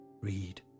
Read